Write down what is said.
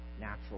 natural